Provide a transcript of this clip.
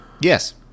Yes